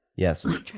Yes